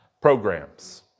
Programs